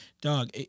Dog